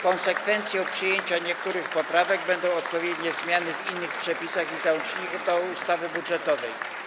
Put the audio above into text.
Konsekwencją przyjęcia niektórych poprawek będą odpowiednie zmiany w innych przepisach i załącznikach do ustawy budżetowej.